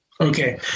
Okay